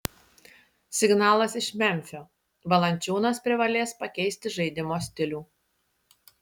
signalas iš memfio valančiūnas privalės pakeisti žaidimo stilių